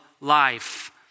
life